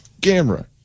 Camera